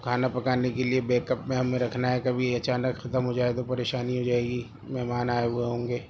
کھانا پکانے کے لیے بیک اپ میں ہمیں رکھنا ہے کبھی اچانک ختم ہو جائے تو پریشانی ہو جائے گی مہمان آئے ہوئے ہوں گے